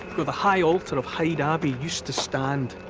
where the high altar of hyde abbey used to stand.